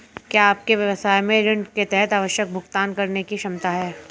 क्या आपके व्यवसाय में ऋण के तहत आवश्यक भुगतान करने की क्षमता है?